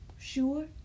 sure